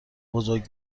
بزرگ